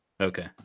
Okay